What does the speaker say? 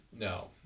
No